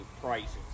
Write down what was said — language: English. prices